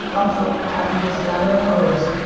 i'm so happy. this is happening. i might just